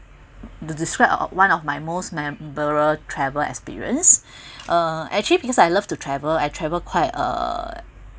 des~ described one of my most memorable travel experience uh actually because I love to travel I travel quite uh